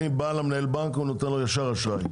בא למנהל הבנק נותן ישר אשראי.